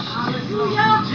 Hallelujah